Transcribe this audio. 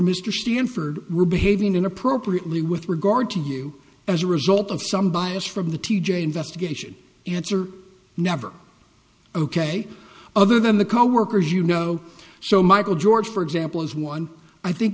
mr stanford were behaving inappropriately with regard to you as a result of some bias from the t j investigation answer never ok other than the coworker you know so michael george for example is one i think